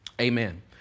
amen